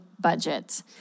budget